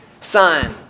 sign